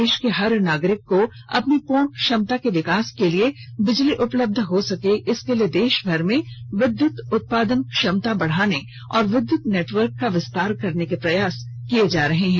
देश के हर नागरिक को अपनी पूर्ण क्षमता के विकास के लिए बिजली उपलब्ध हो सके इसके लिए देशभर में विद्युत उत्पादन क्षमता बढ़ाने और विद्युत नेटवर्क का विस्तार करने के प्रयास किये जा रहे हैं